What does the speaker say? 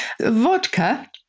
Vodka